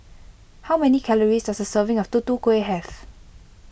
how many calories does a serving of Tutu Kueh have